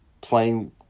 playing